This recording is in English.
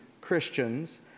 Christians